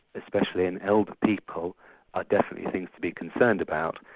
especially in elderly people are definitely things to be concerned about.